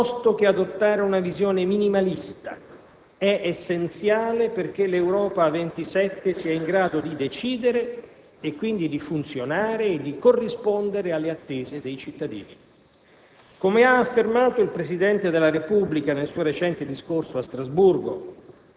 Salvaguardare i progressi segnati dal Trattato piuttosto che adottare una visione minimalista è essenziale perché l'Europa a 27 sia in grado di decidere, e quindi di funzionare e di corrispondere alle attese dei cittadini.